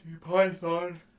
Python